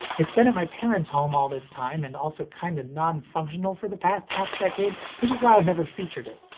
it's been at my parent's home all this time, and also kinda kind of non-functional for the past half-decade, which is why i've never featured it.